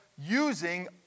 using